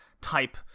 type